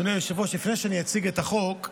אדוני היושב-ראש, לפני שאציג את החוק,